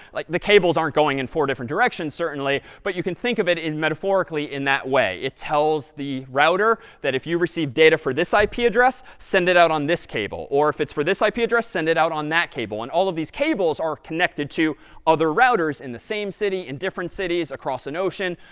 like, the cables aren't going in four different directions, certainly, but you can think of it in metaphorically, in that way. it tells the router that if you receive data for this ah ip address, send it out on this cable, or if it's for this ip address, send it out on that cable. and all of these cables are connected to other routers in the same city, in different cities, across an ocean,